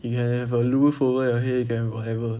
you can have a roof over your head you can have whatever